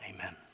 Amen